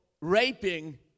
raping